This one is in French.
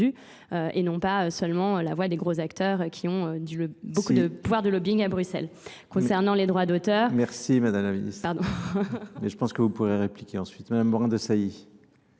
et non pas seulement la voix des gros acteurs qui ont beaucoup de pouvoir de lobbying à Bruxelles. Concernant les droits d'auteur, Mais je pense que vous pourrez répliquer ensuite. Mme Morin de Sailly.